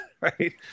right